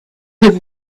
have